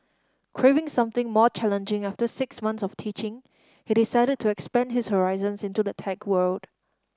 craving something more challenging after six months of teaching he decided to expand his horizons into the tech world